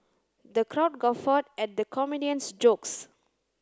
the crowd guffawed at the comedian's jokes